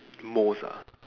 most ah